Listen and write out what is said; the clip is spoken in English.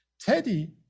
Teddy